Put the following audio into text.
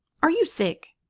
are you sick?